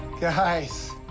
guys.